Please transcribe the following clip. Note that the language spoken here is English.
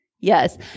Yes